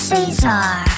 Cesar